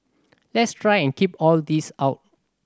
let's try and keep all this out